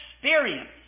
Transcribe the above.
Experience